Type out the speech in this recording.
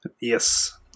yes